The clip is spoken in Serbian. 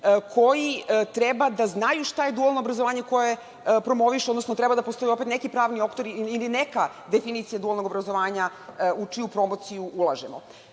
koji treba da znaju šta je dualno obrazovanje koje promoviše, odnosno treba da postoji opet neki pravni okviri, ili neka definicija dualnog obrazovanja u čiju promociju ulažemo. Treća